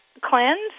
cleanse